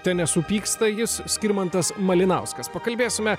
te nesupyksta jis skirmantas malinauskas pakalbėsime